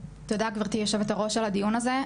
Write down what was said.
תודה, גברתי יושבת-הראש, על הדיון הזה.